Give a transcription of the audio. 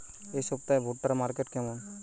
এই সপ্তাহে ভুট্টার মার্কেট কেমন?